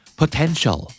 potential